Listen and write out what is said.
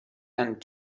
and